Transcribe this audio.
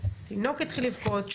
תינוק התחיל לבכות,